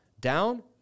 down